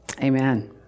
amen